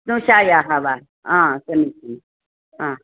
स्नुषायाः वा हा समीचीनं हा